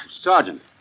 Sergeant